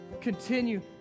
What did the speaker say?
Continue